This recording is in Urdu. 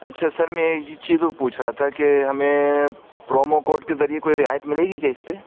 اچھا سر میں ایک جی چیز اور پوچھ رہا تھا کہ ہمیں پرومو کوڈ کے ذریعے کوئی رعایت ملے گی کیا اس پہ